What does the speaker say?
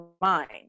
mind